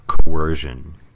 Coercion